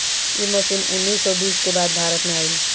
इ मशीन उन्नीस सौ बीस के बाद भारत में आईल